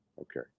Okay